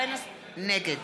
נגד